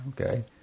okay